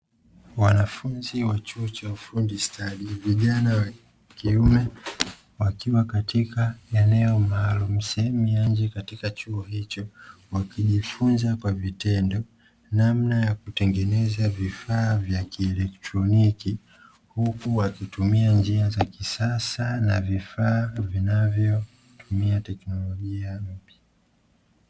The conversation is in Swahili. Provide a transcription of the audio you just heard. Wanafunzi wa chuo cha ufundi stadi, vijana wa kiume wakiwa katika eneo maalumu, sehemu katika chuo hicho, wakijifunza kwa vitendo namna ya kutengeneza vifaa vya kielektroniki, huku wakitumia njia za kisasa na vifaa vinavyotumia teknolojia mpya.